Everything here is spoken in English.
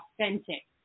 authentic